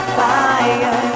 fire